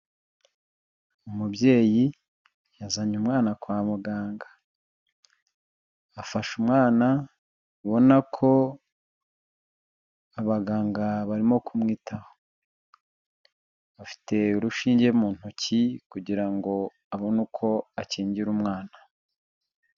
Umubyeyi yazanye umwana kwa muganga, afashe umwana ubona ko abaganga barimo kumwitaho, afite urushinge mu ntoki kugira ngo abone uko akingira umwana.